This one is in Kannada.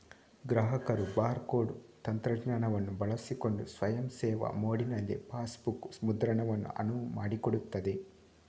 ಗ್ರಾಹಕರು ಬಾರ್ ಕೋಡ್ ತಂತ್ರಜ್ಞಾನವನ್ನು ಬಳಸಿಕೊಂಡು ಸ್ವಯಂ ಸೇವಾ ಮೋಡಿನಲ್ಲಿ ಪಾಸ್ಬುಕ್ ಮುದ್ರಣವನ್ನು ಅನುವು ಮಾಡಿಕೊಡುತ್ತದೆ